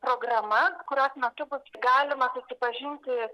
programa kurios metu bus galima susipažinti